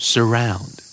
Surround